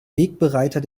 wegbereiter